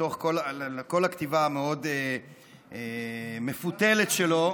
מתוך כל הכתיבה המאוד-מפותלת שלו,